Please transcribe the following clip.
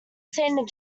seen